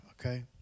Okay